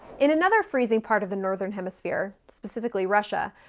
in another freezing part of the northern hemisphere, specifically russia,